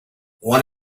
one